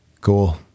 cool